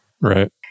Right